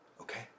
okay